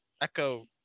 Echo